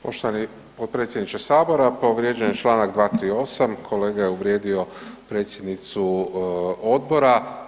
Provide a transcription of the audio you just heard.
Poštovani potpredsjedniče sabora, povrijeđen je čl. 238., kolega je uvrijedio predsjednicu odbora.